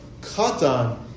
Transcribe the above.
katan